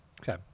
Okay